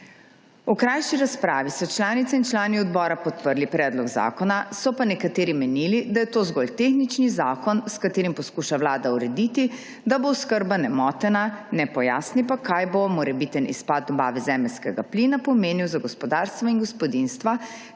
V krajši razpravi so članice in člani odbora podprli predlog zakona, so pa nekateri menili, da je to zgolj tehnični zakon, s katerim poskuša vlada urediti, da bo oskrba nemotena, ne pojasni pa, kaj bo morebiten izpad dobave zemeljskega plina pomenil za gospodarstvo in gospodinjstva